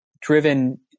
driven